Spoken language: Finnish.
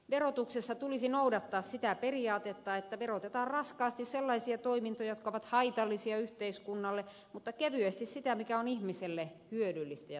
verotuksessa tulisi noudattaa sitä periaatetta että verotetaan raskaasti sellaisia toimintoja jotka ovat haitallisia yhteiskunnalle mutta kevyesti sitä mikä on ihmiselle hyödyllistä ja tarpeellista